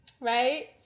Right